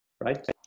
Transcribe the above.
right